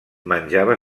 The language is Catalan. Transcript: menjava